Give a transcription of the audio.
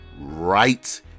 right